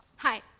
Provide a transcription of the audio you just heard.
hi.